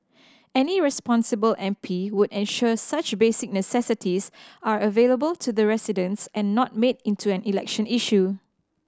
any responsible M P would ensure such basic necessities are available to the residents and not made into an election issue